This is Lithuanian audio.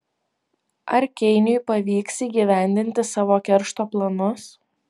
ar keiniui pavyks įgyvendinti savo keršto planus